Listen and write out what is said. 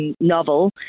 novel